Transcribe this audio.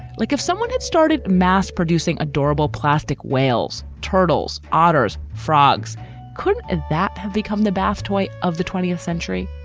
like if someone had started mass producing adorable plastic whales, turtles, otters, frogs could that have become the bath toy of the twentieth century?